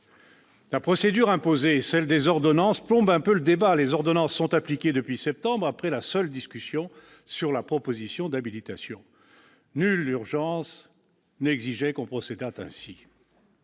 La procédure imposée, celle des ordonnances, plombe un peu le débat. Les ordonnances sont appliquées depuis septembre après la seule discussion sur la proposition d'habilitation. Nulle urgence n'exigeait que l'on procédât ainsi.